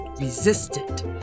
resistant